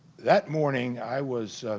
that morning i was